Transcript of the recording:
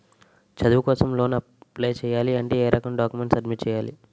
చదువు కోసం loan apply చేయాలి అంటే ఎం డాక్యుమెంట్స్ సబ్మిట్ చేయాలి?